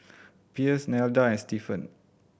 Pierce Nelda and Stephen